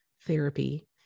therapy